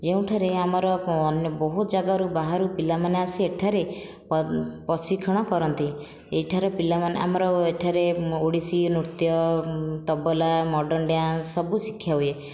ଯେଉଁଠାରେ ଆମର ଅନ୍ୟ ବହୁ ଯାଗାରୁ ବାହାରୁ ପିଲାମାନେ ଆସି ଏଠାରେ ପ୍ରଶିକ୍ଷଣ କରନ୍ତି ଏହିଠାର ପିଲାମାନେ ଆମର ଏଠାରେ ଓଡ଼ିଶୀ ନୃତ୍ୟ ତବଲା ମଡ଼ର୍ଣ୍ଣ ଡ୍ୟାନ୍ସ ସବୁ ଶିକ୍ଷା ହୁଏ